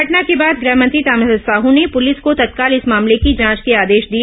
घटना के बाद गृहमंत्री ताम्रध्वज साहू ने पुलिस को तत्काल इस मामले की जांच के आदेश दिए